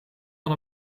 van